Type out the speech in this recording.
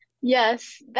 Yes